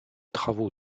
travaux